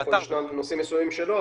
יש נושאים מסוימים שלא,